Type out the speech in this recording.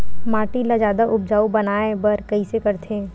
माटी ला जादा उपजाऊ बनाय बर कइसे करथे?